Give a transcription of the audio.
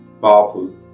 powerful